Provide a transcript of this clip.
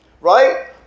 right